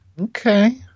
Okay